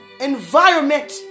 Environment